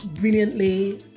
brilliantly